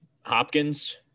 Hopkins